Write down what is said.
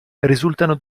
risultano